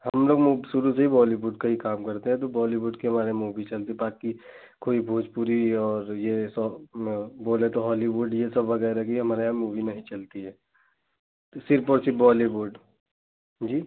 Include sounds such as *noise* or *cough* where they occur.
हमलोग शुरू से ही बॉलीवुड का ही काम करते हैं तो बॉलीवुड के बारे में भी *unintelligible* चलती है बाकी कोई भोजपुरी और यह सौ बोले तो हॉलीवुड यह सब वग़ैरह की हमारे यहाँ मूवी नहीं चलती है सिर्फ और सिर्फ बॉलीवुड जी